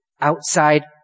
outside